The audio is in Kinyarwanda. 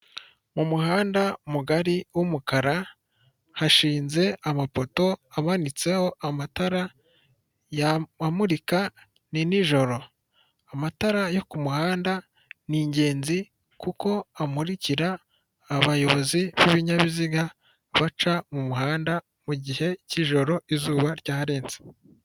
Mu muhanda mugari w'umukara hashinze amapoto amanitseho amatara amurika ni nijoro, amatara yo ku ku muhanda ni ingenzi kuko amurikira abayobozi b'ibinyabiziga baca mu muhanda mu gihe cy'ijoro izuba ryarenze.